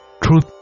Truth